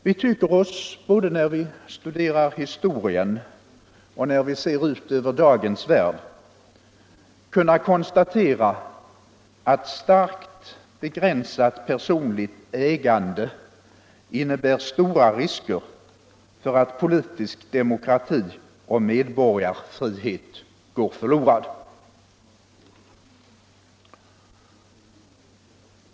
Vi tycker oss, både när vi studerar historien och när vi ser ut över dagens värld, kunna konstatera att starkt begränsat personligt ägande innebär stora risker för att politisk demokrati och medborgarfrihet går förlorade.